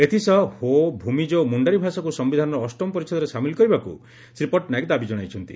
ଏଥିସହ ହୋ ଭ୍ରମିକ ଓ ମୁଶ୍ଡାରୀ ଭାଷାକୁ ସୟିଧାନର ଅଷ୍ଟମ ପରିଚ୍ଚଦରେ ସାମିଲ କରିବାକୁ ଶ୍ରୀ ପଟ୍ଟନାୟକ ଦାବି ଜଣାଇଛନ୍ତି